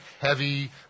heavy